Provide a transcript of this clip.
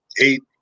eight